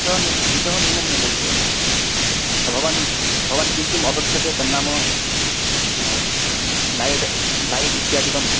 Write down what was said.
इतः नू इतः न्यूनं नैव भवति भवान् भवान् किं किम् अपेक्षते तन्नाम लैट् लैट् इत्यादिकम्